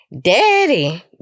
daddy